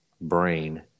brain